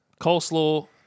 Coleslaw